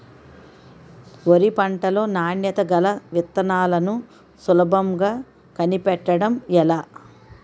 వరి పంట లో నాణ్యత గల విత్తనాలను సులభంగా కనిపెట్టడం ఎలా?